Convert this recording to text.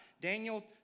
Daniel